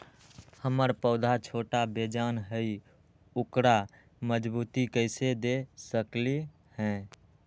हमर पौधा छोटा बेजान हई उकरा मजबूती कैसे दे सकली ह?